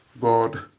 God